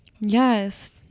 yes